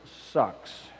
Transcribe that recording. Sucks